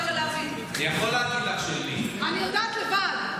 אני יכול להגיד לך, אני יודעת לבד.